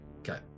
Okay